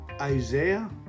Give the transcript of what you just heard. Isaiah